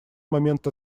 момент